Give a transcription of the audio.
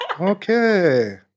okay